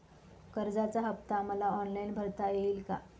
कर्जाचा हफ्ता मला ऑनलाईन भरता येईल का?